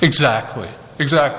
exactly exactly